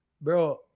Bro